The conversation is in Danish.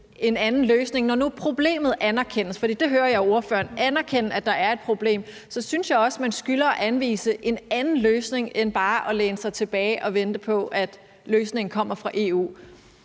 nu problemet anerkendes, for jeg hører ordføreren anerkende, at der er et problem. Så synes jeg også, man skylder at anvise en anden løsning end bare at læne sig tilbage og vente på, at løsningen kommer fra EU.